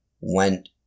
went